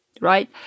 right